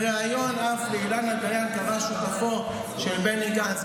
בריאיון לאילנה דיין אף קרא שותפו של בני גנץ,